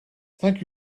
thank